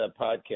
podcast